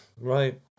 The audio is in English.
Right